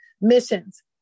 missions